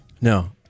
No